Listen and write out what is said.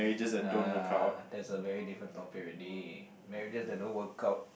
nah that's a very different topic already marriages that don't work out